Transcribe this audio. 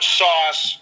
sauce